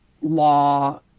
law